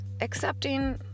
accepting